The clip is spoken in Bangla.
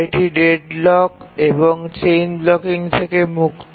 এটি ডেডলক এবং চেইন ব্লকিং থেকে মুক্ত